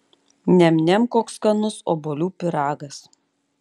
niam niam koks skanus obuolių pyragas